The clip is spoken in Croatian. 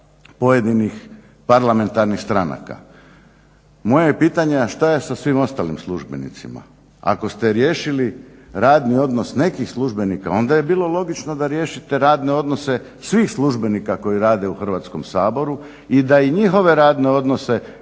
je pitanje, a šta je sa svim ostalim službenicima. Ako ste riješili radni odnos nekih službenika, onda je bilo logično da riješite radne odnose svih službenika koji rade u Hrvatskom saboru i da i njihove radne odnose uskladite